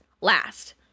last